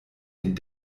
den